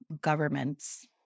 government's